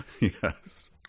Yes